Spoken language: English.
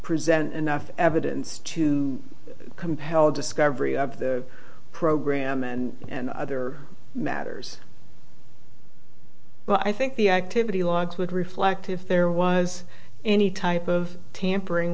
present enough evidence to compel discovery of the program and other matters well i think the activity logs would reflect if there was any type of tampering